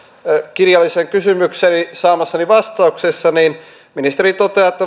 kirjalliseen kysymykseeni saamassani vastauksessa ministeri toteaa että